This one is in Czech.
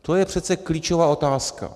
To je přece klíčová otázka.